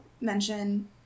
mention